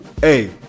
Hey